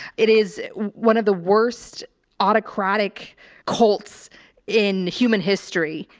it is one of the worst autocratic cults in human history.